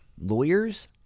lawyers